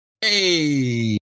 Hey